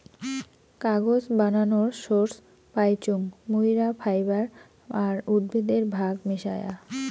কাগজ বানানোর সোর্স পাইচুঙ মুইরা ফাইবার আর উদ্ভিদের ভাগ মিশায়া